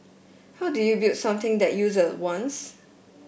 how do you build something that user wants